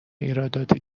ایرادات